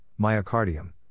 myocardium